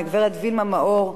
הגברת וילמה מאור,